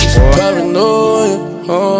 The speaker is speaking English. Paranoia